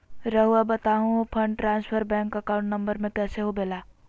रहुआ बताहो कि fund transfer bank account number में कैसे होबेला?